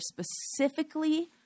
specifically